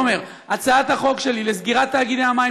הצעת החוק שלי לסגירת תאגידי המים,